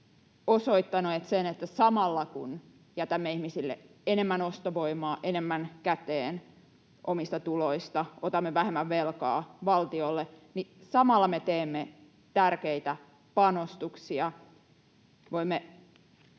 osoittaneet sen, että samalla kun jätämme ihmisille enemmän ostovoimaa, enemmän käteen omista tuloistaan, otamme vähemmän velkaa valtiolle, niin me teemme tärkeitä panostuksia. Voimme